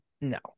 No